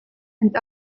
and